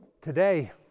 today